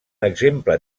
exemple